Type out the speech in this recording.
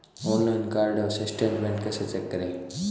Online card statement कैसे check करें?